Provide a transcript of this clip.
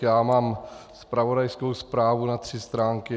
Já mám zpravodajskou zprávu asi na tři stránky.